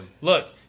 Look